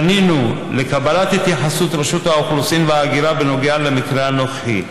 פנינו לקבלת התייחסות מרשות האוכלוסין וההגירה בנוגע למקרה הנוכחי.